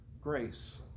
grace